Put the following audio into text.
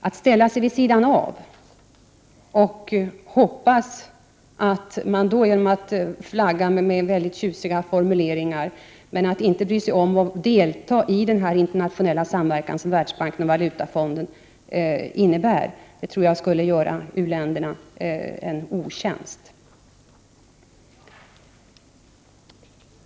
Att ställa sig vid sidan av och flagga med tjusiga formuleringar utan att bry sig om att delta i den internationella samverkan som Världsbanken och Valutafonden innebär, tror jag är att göra u-länderna en otjänst.